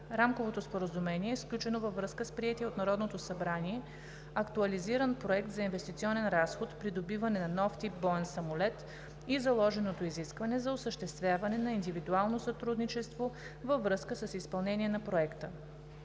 Рамковото споразумение е сключено във връзка с приетия от Народното събрание актуализиран проект за инвестиционен разход „Придобиване на нов тип боен самолет“ и заложеното изискване за осъществяване на индустриално сътрудничество във връзка с изпълнение на Проекта.